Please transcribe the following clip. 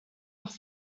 doch